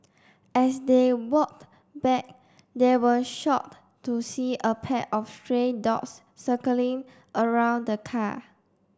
as they walked back they were shocked to see a pack of stray dogs circling around the car